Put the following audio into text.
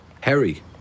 Harry